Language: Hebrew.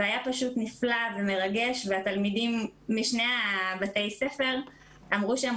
זה היה פשוט נפלא ומרגש והתלמידים משני בתי הספר אמרו שהם